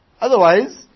otherwise